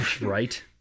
Right